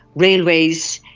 railways,